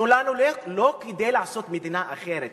תנו לנו לא כדי לעשות מדינה אחרת.